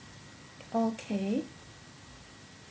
okay